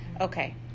Okay